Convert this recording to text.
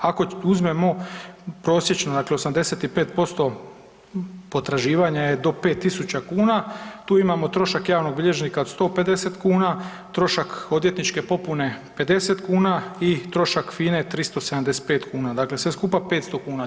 Ako uzmemo prosječno, dakle 85% potraživanja je do 5000 kuna, tu imamo trošak javnog bilježnika od 150 kuna, trošak odvjetničke popune 50 kune i trošak FINA-e 375 kuna, dakle sve skupa 500 kuna.